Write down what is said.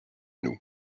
nous